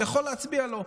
יכול להצביע לו,